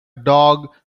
dog